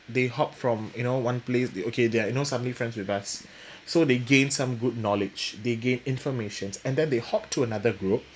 they hop from you know one place they okay they are suddenly friends with us so they gain some good knowledge they gain information and then they hop to another group